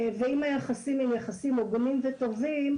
אם היחסים הם יחסים הוגנים וטובים,